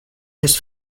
his